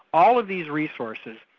all of these resources,